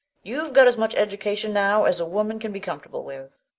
you've got as much education now as a woman can be comfortable with.